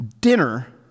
dinner